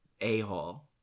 a-hole